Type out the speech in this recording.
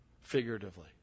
figuratively